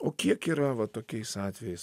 o kiek yra va tokiais atvejais